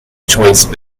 choice